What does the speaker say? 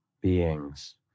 beings